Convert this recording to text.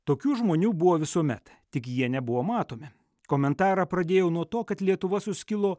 tokių žmonių buvo visuomet tik jie nebuvo matomi komentarą pradėjau nuo to kad lietuva suskilo